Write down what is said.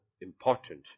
important